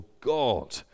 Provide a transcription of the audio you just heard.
God